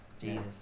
Jesus